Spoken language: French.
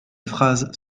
phrases